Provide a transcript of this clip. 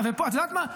את יודעת מה?